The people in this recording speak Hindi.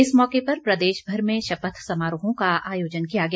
इस मौके पर प्रदेशभर में शपथ समारोहों का आयोजन किया गया